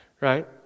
right